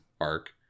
arc